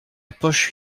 poche